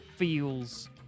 Feels